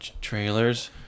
Trailers